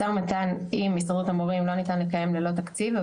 משא ומתן עם הסתדרות המורים לא ניתן לקיים ללא תקציב.